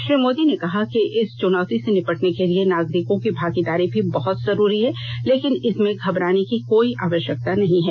श्री मोदी ने कहा कि इस चुनौती से निपटर्न के लिए नागरिकों की भागीदारी भी बहत जरूरी है लेकिन इसमें घबराने की कोई आवश्यकता नहीं है